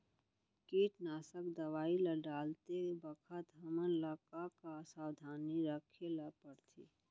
कीटनाशक दवई ल डालते बखत हमन ल का का सावधानी रखें ल पड़थे?